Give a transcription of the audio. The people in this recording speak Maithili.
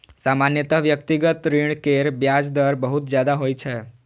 सामान्यतः व्यक्तिगत ऋण केर ब्याज दर बहुत ज्यादा होइ छै